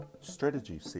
strategy